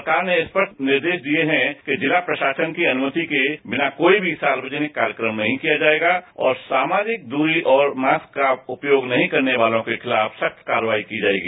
सरकार के सप्ट निर्देश है कि जिला प्रशासन की अनुमति के बिना कोई सार्वजनिक कार्यक्रम नहीं किया जाएगा और सामाजिक दूरी और मास्क का उपयोग नहीं करने वालों के खिलाफ सख्त कार्रवाई की जाएगी